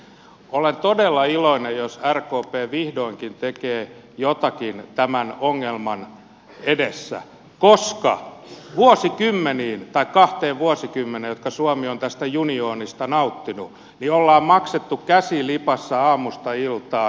olen todella iloinen jos rkp vihdoinkin tekee jotakin tämän ongelman edessä koska vuosikymmenien ajan tai kaksi vuosikymmentä jotka suomi on tästä junioonista nauttinut on maksettu käsi lipassa aamusta iltaan